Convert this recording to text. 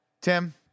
Tim